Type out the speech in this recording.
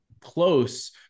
close